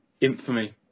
Infamy